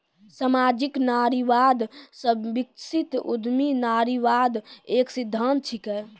सामाजिक नारीवाद से विकसित उद्यमी नारीवाद एक सिद्धांत छिकै